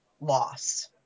loss